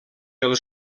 els